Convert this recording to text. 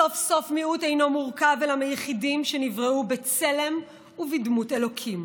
סוף-סוף מיעוט אינו מורכב אלא מיחידים שנבראו בצלם ובדמות אלוקים.